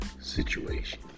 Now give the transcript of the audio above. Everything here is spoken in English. situation